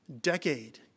decade